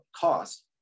cost